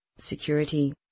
security